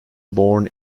born